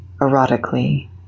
erotically